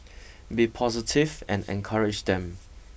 be positive and encourage them